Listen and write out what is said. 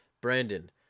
Brandon